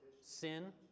Sin